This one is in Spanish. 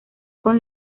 con